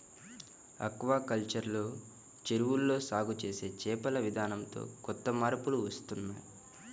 aquaculture లో చెరువుల్లో సాగు చేసే చేపల విధానంతో కొత్త మార్పులు వస్తున్నాయ్